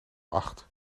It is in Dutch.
acht